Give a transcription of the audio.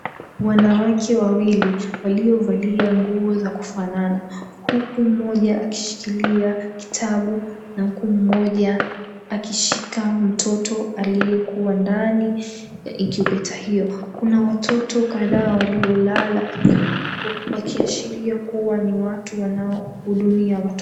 Wanawake wawili waliovalia nguo za kufanana huku mmoja akishikilia kitabu na huku mmoja akishika mtoto aliyekuwa ndani ya incubator hiyo. Kuna watoto kadhaa walio lala yakiashiria kuwa ni watu ambao wanahudumia watu.